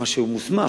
מה שהוא מוסמך,